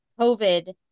COVID